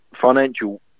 financial